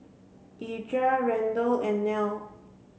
Edra Randle and Nell